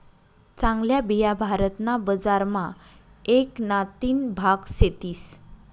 चांगल्या बिया भारत ना बजार मा एक ना तीन भाग सेतीस